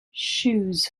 shoes